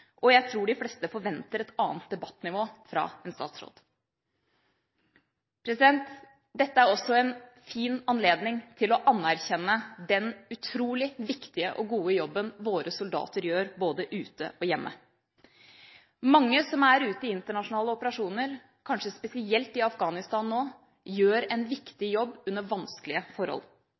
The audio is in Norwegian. og jeg tror de fleste forventer et annet debattnivå av en statsråd. Dette er også en fin anledning til å anerkjenne den utrolig viktige og gode jobben våre soldater gjør, både ute og hjemme. Mange som er ute i internasjonale operasjoner, kanskje spesielt i Afghanistan nå, gjør en viktig jobb under vanskelige forhold.